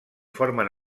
formen